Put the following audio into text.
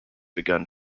begun